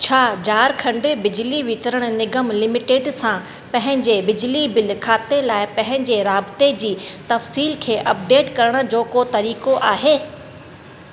छा झारखंड बिजली वितरण निगम लिमिटेड सां पंहिंजे बिजली बिल खाते लाइ पंहिंजे राबते जी तफ़सीलु खे अपडेट करण जो को तरीक़ो आहे